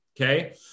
okay